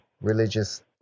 religious